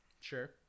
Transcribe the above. Sure